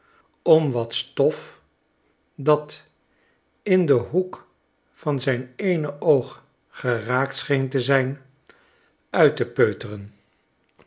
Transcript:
om wat stof dat in den hoek van zijn eene oog geraakt scheen te zijn uit te peuteren